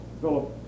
Philip